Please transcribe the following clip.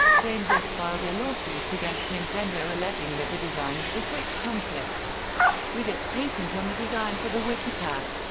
gamevice filed a lawsuit against nintendo alleging that the design of the switch conflicts with its patent on the design for the wikipad,